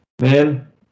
Man